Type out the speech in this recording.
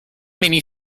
mini